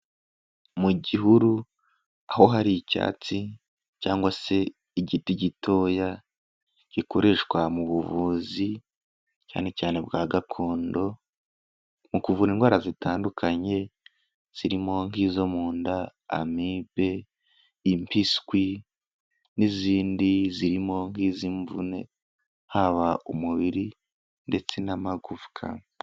Mu gihuru aho hari icyatsi cyangwa se igiti gitoya, gikoreshwa mu buvuzi cyane cyane bwa gakondo, mu kuvura indwara zitandukanye zirimo nki'izo mu nda, amibe, impiswi n'izindi zirimo nk'izi'imvune, haba umubiri ndetse n'amagufwa.